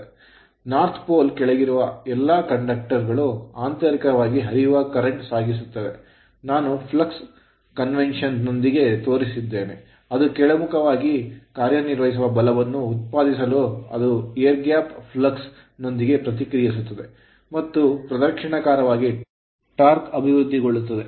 ಉತ್ತರ pole ಧ್ರುವದ ಕೆಳಗಿರುವ ಎಲ್ಲಾ conductor ಕಂಡಕ್ಟರ್ ಗಳು ಆಂತರಿಕವಾಗಿ ಹರಿಯುವ current ಕರೆಂಟ್ ಸಾಗಿಸುತ್ತವೆ ನಾನು flux convention ಫ್ಲಕ್ಸ್ ಕನ್ವೆನ್ಷನ್ ನೊಂದಿಗೆ ತೋರಿಸಿದ್ದೇನೆ ಅದು ಕೆಳಮುಖ ವಾಗಿ ಕಾರ್ಯನಿರ್ವಹಿಸುವ ಬಲವನ್ನು ಉತ್ಪಾದಿಸಲು ಅದರ air gap flux ಗಾಳಿಯ ಅಂತರದ ಫ್ಲಕ್ಸ್ ನೊಂದಿಗೆ ಪ್ರತಿಕ್ರಿಯಿಸುತ್ತದೆ ಮತ್ತು ಪ್ರದಕ್ಷಿಣಾಕಾರವಾಗಿ torque ಟಾರ್ಕ್ ಅಭಿವೃದ್ಧಿಗೊಳ್ಳುತ್ತದೆ